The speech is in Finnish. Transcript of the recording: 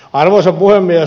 arvoisa puhemies